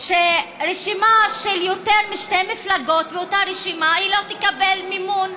שרשימה של יותר משתי מפלגות באותה רשימה לא תקבל מימון,